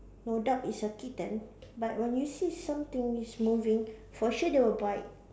no doubt it's a kitten but when you see something is moving for sure they will bite